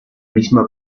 misma